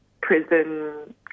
prison